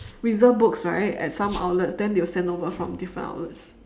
reserve books right at some outlets then they'll send over from different outlets